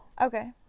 Okay